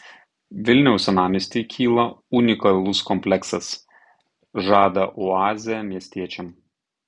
vilniaus senamiestyje kyla unikalus kompleksas žada oazę miestiečiams